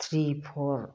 three four